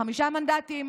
חמישה מנדטים?